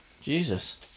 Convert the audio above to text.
Jesus